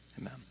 Amen